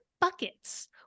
buckets